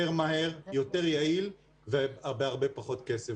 יותר מהר, יותר יעיל, ובהרבה פחות כסף.